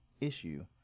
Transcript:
issue